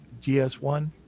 GS1